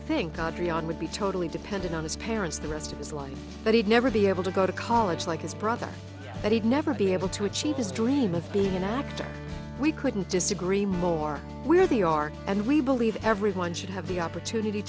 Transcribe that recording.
adriaan would be totally dependent on his parents the rest of his life but he'd never be able to go to college like his brother but he'd never be able to achieve his dream of being an actor we couldn't disagree more with the art and we believe everyone should have the opportunity